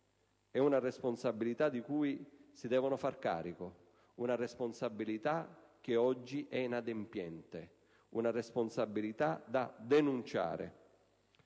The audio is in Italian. è una responsabilità di cui si devono far carico, una responsabilità che oggi è inadempiente e da denunciare.